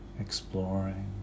exploring